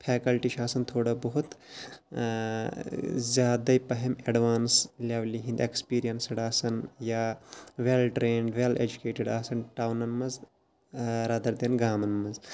faculty چھِ آسان تھوڑا بہت زیادے پہم ایٚڈوانس لیولہِ ہٕنٛدۍ ایٚکسپیٖرنسٕڈ آسان یا ویٚل ٹرینٕڈ ویٚل ایٚجُکیٹِڈ آسان ٹاونَن مَنٛز رادَر دین گامَن مَنٛز